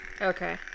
Okay